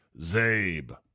Zabe